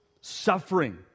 Suffering